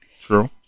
True